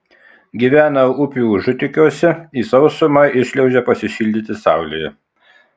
gyvena upių užutekiuose į sausumą iššliaužia pasišildyti saulėje